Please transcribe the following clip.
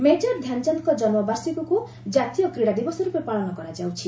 maker Dhyan ଚାନ୍ଦଙ୍କ ଜନ୍ମ ବାର୍ଷିକୀକୁ ଜାତୀୟ କ୍ରୀଡ଼ା ଦିବସ ରୂପେ ପାଳନ କରାଯାଉଛି